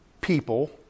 people